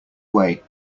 way